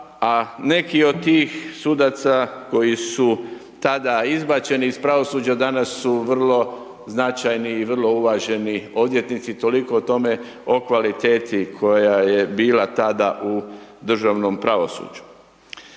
a neki od tih sudaca koji su tada izbačeni iz pravosuđa, danas su vrlo značajni i vrlo uvaženi odvjetnici, toliko o tome, o kvaliteti koja je bila tada u državnom pravosuđu.